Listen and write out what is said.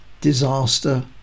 disaster